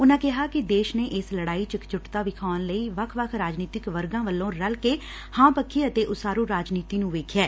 ਉਨਾਂ ਕਿਹਾ ਕਿ ਦੇਸ਼ ਨੇ ਇਸ ਲੜਾਈ ਚ ਇੱਕਜੁਟਤਾ ਵਿਖਾਉਣ ਲਈ ਵੱਖ ਵੱਖ ਰਾਜਨੀਤਿਕ ਵਰਗਾ ਵੱਲੋਂ ਰੱਲਕੇ ਹਾਂ ਪੱਖੀ ਅਡੇ ਉਸਾਰੂ ਰਾਜਨੀਤੀ ਨੂੰ ਵੇਖਿਐ